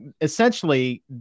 essentially